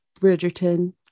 bridgerton